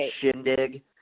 shindig